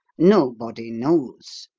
nobody knows.